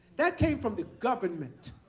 that came from the government.